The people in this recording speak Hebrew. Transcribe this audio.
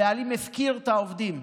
הבעלים הפקיר את העובדים.